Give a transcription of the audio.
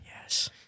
Yes